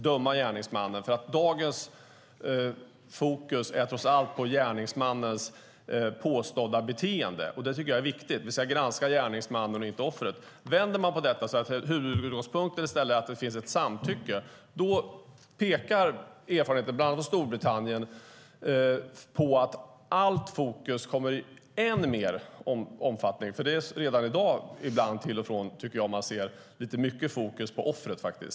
Dagens fokus är på gärningsmannens påstådda beteende, och det tycker jag är viktigt. Vi ska granska gärningsmannen och inte offret. Vänder man på detta och i stället säger att huvudutgångspunkten är att det finns ett samtycke pekar erfarenheter från bland annat Storbritannien på att allt fokus kommer att ligga på offret. Det är redan i dag ibland lite väl mycket fokus på offret, tycker jag.